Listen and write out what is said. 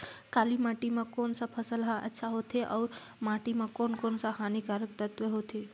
काली माटी मां कोन सा फसल ह अच्छा होथे अउर माटी म कोन कोन स हानिकारक तत्व होथे?